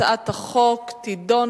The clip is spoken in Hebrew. ההצעה להעביר את הצעת חוק הדגל,